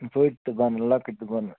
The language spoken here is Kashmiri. بٔڈۍ تہِ بَنان لۅکٕٹۍ تہِ بَنان